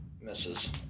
misses